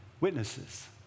witnesses